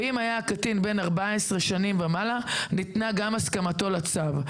ואם היה הקטין בן 14 שנים ומעלה ניתנה גם הסכמתו לצו,